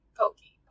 pokey